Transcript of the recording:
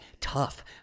tough